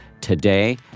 today